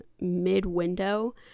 mid-window